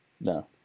No